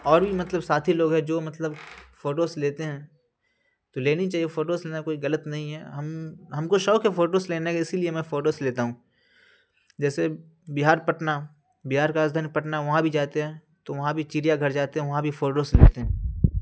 اور بھی مطلب ساتھی لوگ ہے جو مطلب فوٹوز لیتے ہیں تو لینی چاہیے فوٹوز لینا کوئی غلط نہیں ہے ہم ہم کو شوق ہے فوٹوز لینے کا اسی لیے میں فوٹوز لیتا ہوں جیسے بہار پٹنہ بہار کا راجدھانی پٹنہ وہاں بھی جاتے ہیں تو وہاں بھی چڑیا گھر جاتے ہیں وہاں بھی فوٹوز لیتے ہیں